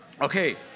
Okay